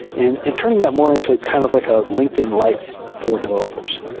and and turn ing that more into kind of like a linkedin light for developers.